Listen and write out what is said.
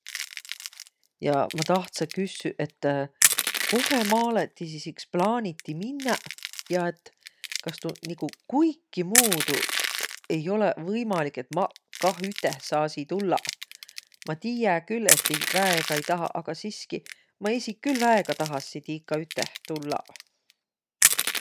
Ja ma tahtsõ küssüq, et kohe maalõ ti iks plaaniti minnäq ja et kas tuu nigu kuikimuudu ei olõq võimalik, et maq kah üteh saasiq tullaq? Ma tiiä külh, et ti väega ei tahaq, aga siski, ma esiq külh väega tahassi tiika üteh tullaq.